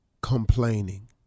complaining